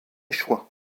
choix